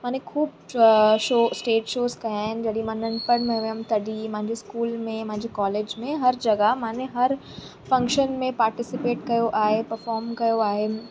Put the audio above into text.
मां ख़ूबु show stage shows कयां आहिनि जॾहिं मां नंढपिण में हुअमि तॾहिं मुंहिंजे स्कूल में मुंहिंजे कॉलेज में हर जॻहि मां हर फंक्शन में पार्टीसिपेट कयो आहे परफॉम कयो आहे